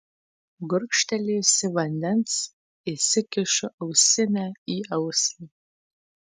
gurkštelėjusi vandens įsikišu ausinę į ausį